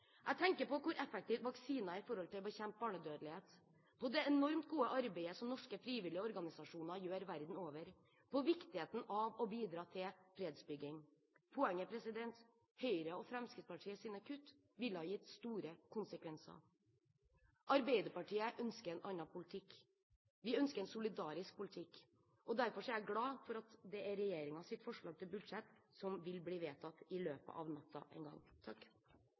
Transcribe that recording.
Jeg tenker på hvor effektivt vaksiner er når det gjelder å bekjempe barnedødelighet, på det enormt gode arbeidet som norske frivillige organisasjoner gjør verden over, på viktigheten av å bidra til fredsbygging. Poenget er at Høyre og Fremskrittspartiets kutt ville ha gitt store konsekvenser. Arbeiderpartiet ønsker en annen politikk. Vi ønsker en solidarisk politikk, og derfor er jeg glad for at det er regjeringens forslag til budsjett som vil bli vedtatt i løpet av natten en gang.